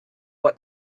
what